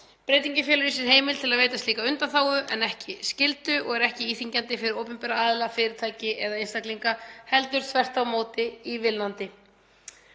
Breytingin felur í sér heimild til að veita slíka undanþágu, en ekki skyldu, og er ekki íþyngjandi fyrir opinbera aðila, fyrirtæki eða einstaklinga heldur þvert á móti ívilnandi.